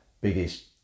biggest